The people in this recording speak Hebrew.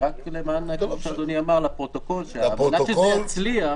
רק לפרוטוקול, על מנת שזה יצליח